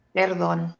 perdón